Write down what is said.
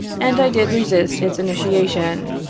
and i did resist its initia tion.